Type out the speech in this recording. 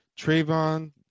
Trayvon